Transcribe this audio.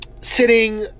sitting